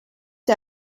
der